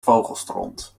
vogelstront